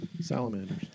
salamanders